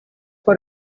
for